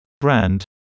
Brand